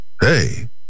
Hey